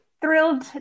thrilled